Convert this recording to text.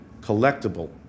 collectible